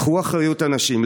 קחו אחריות, אנשים.